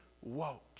woke